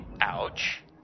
ouch